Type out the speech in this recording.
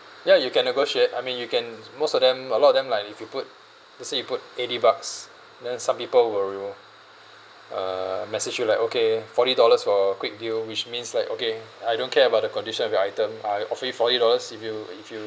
ya you can negotiate I mean you can most of them a lot of them like if you put let's say you put eighty bucks then some people will will uh message you like okay forty dollars for quick deal which means like okay I don't care about the condition of your item I offer you forty dollars if you if you